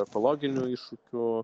ekologinių iššūkių